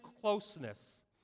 closeness